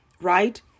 right